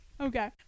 okay